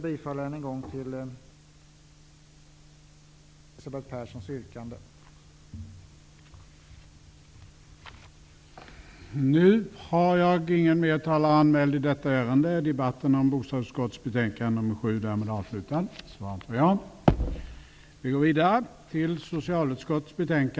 Jag har samma yrkande som